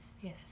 yes